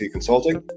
Consulting